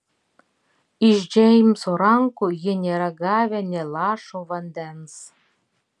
iš džeimso rankų jie nėra gavę nė lašo vandens